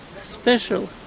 Special